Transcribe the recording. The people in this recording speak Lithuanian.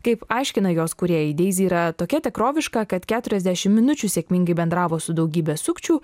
kaip aiškina jos kūrėjai deizi yra tokia tikroviška kad keturiasdešimt minučių sėkmingai bendravo su daugybę sukčių